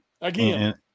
Again